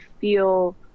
feel